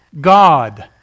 God